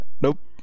Nope